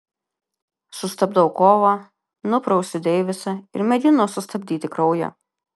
sustabdau kovą nuprausiu deivisą ir mėginu sustabdyti kraują